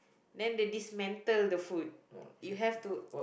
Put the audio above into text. then they dismantle the food you have to